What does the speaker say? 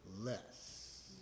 less